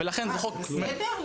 אה, זה בסדר?